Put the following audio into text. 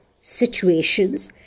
situations